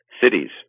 cities